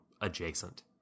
adjacent